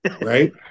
right